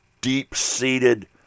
deep-seated